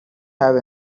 have